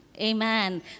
Amen